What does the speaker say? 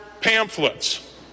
pamphlets